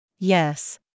Yes